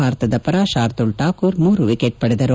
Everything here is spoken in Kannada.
ಭಾರತದ ಪರ ಶಾರ್ದುಲ್ ಠಾಕುರ್ ಮೂರು ವಿಕೆಟ್ ಪಡೆದರು